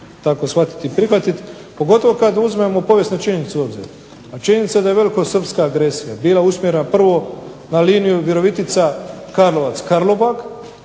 tako shvatit i prihvatit, pogotovo kad uzmemo povijesne činjenice u obzir, a činjenica je da je velikosrpska agresija bila usmjerena prvo na liniju Virovitica-Karlovac-Karlobag